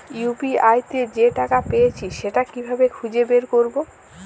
UPI তে যে টাকা পেয়েছি সেটা কিভাবে খুঁজে বের করবো?